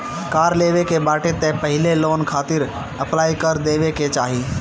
कार लेवे के बाटे तअ पहिले लोन खातिर अप्लाई कर देवे के चाही